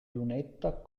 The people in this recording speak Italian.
lunetta